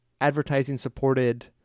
advertising-supported